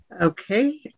Okay